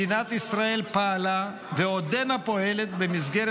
מדינת ישראל פעלה ועודנה פועלת במסגרת